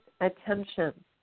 attention